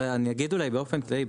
אני אגיד אולי באופן כללי,